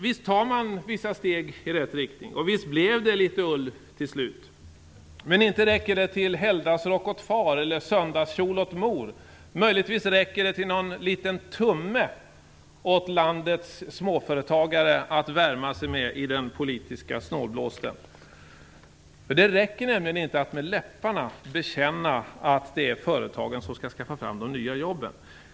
Visst tar man vissa steg i rätt riktning, och visst blev det litet ull till slut, men inte räcker det till helgdagsrock åt far eller söndagskjol åt mor - möjligtvis räcker det till någon liten tumme åt landets småföretagare att värma sig med i den politiska snålblåsten. Det räcker nämligen inte att med läpparna bekänna att det är företagen som ska skaffa fram de nya jobben.